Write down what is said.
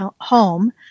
home